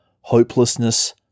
hopelessness